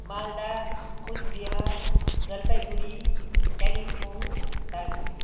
Malda Coochbehar Jalpaiguri Kalimpong Darjeeling